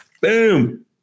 Boom